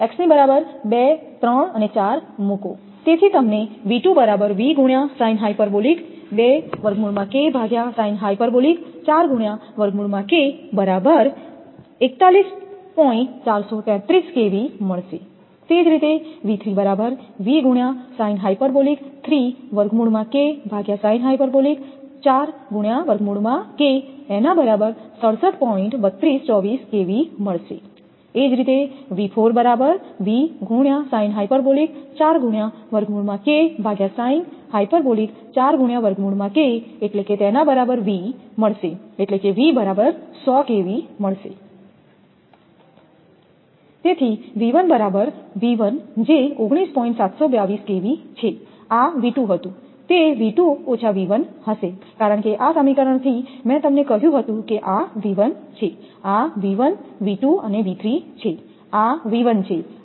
x ની બરાબર 2 3 4 મૂકો તેથી તમને મળશે તેથી બરાબર આ હતું તે હશે કારણ કે આ સમીકરણથી મેં તમને કહ્યું હતું કે આ V 1 છે આ